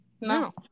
No